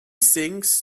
sinks